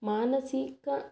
ಮಾನಸಿಕ